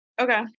Okay